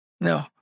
No